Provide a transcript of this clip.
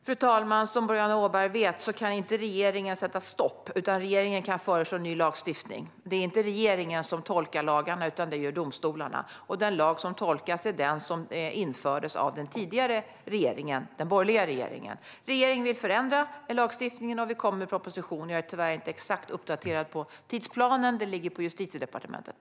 Fru talman! Som Boriana Åberg vet kan regeringen inte sätta stopp, utan regeringen kan förslå en ny lagstiftning. Det är inte regeringen som tolkar lagarna, utan det gör domstolarna. Den lag som tolkas är den som infördes av den tidigare borgerliga regeringen. Regeringen vill förändra lagstiftningen, och det kommer en proposition - jag är tyvärr inte exakt uppdaterad på tidsplanen. Det ligger på Justitiedepartementet.